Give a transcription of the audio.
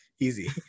easy